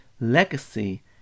legacy